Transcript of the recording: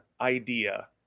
idea